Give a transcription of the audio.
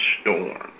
storm